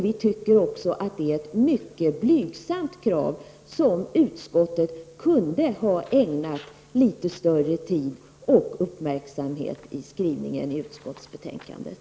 Det är ett mycket blygsamt krav som utskottet kunde ha ägnat litet mer tid och uppmärksamhet i sin skrivning i utskottsbetänkandet.